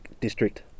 district